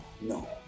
no